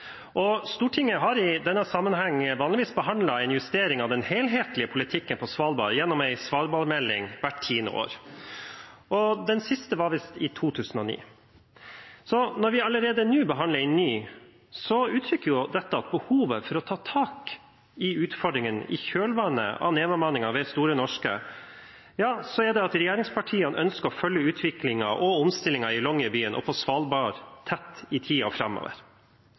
Svalbard-politikken. Stortinget har i denne sammenheng vanligvis behandlet en justering av den helhetlige politikken for Svalbard gjennom en Svalbard-melding hvert tiende år. Den siste var visst i 2009. Når vi allerede nå behandler en ny, er det uttrykk for et behov for å ta tak i utfordringene i kjølvannet av nedbemanningen ved Store Norske, og at regjeringspartiene ønsker å følge utviklingen og omstillingen i Longyearbyen og på Svalbard tett i tiden framover. Det er nødvendig for fortløpende å vurdere behovet for omstillings- og